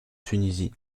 tunisie